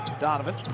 Donovan